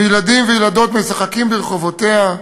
וילדים וילדות משחקים ברחובותיה.